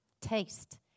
Taste